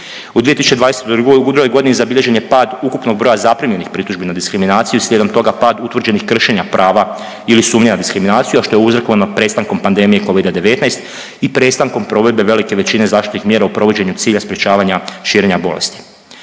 U 2022. godini zabilježen je pad ukupnog broja zaprimljenih pritužbi na diskriminaciju, slijedom toga pad utvrđenih kršenja prava ili sumnje na diskriminaciju, a što je uzrokovano prestankom pandemije Covida-19 i prestankom provedbe velike većine zaštitnih mjera u provođenju cilja sprječavanja širenja bolesti.